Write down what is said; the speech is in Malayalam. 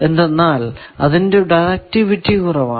എന്തെന്നാൽ അതിന്റെ ഡയറക്ടിവിറ്റി കുറവാണ്